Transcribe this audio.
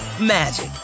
magic